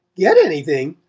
get anything?